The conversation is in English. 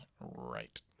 Right